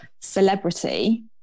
celebrity